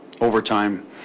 overtime